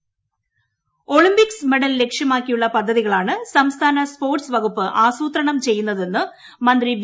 സുനിൽകുമാർ സമ്മേളനം Olympics medal ലക്ഷ്യമാക്കിയുള്ള പദ്ധതികളാണ് സംസ്ഥാന സ്പോർട്സ് വകുപ്പ് ആസൂത്രണം ചെയ്യുന്നതെന്ന് മന്ത്രി വി